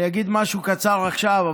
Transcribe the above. אני אגיד משהו קצר עכשיו.